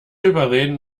überreden